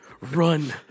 Run